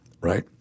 Right